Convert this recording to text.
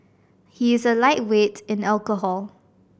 he is a lightweight in alcohol